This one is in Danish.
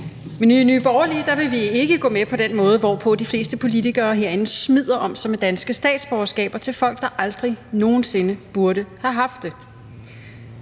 men i Nye Borgerlige vil vi ikke gå med på den måde, som de fleste politikere herinde smider om sig med danske statsborgerskaber på til folk, der aldrig nogensinde burde have haft det.